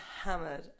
hammered